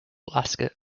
alaska